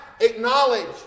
Acknowledge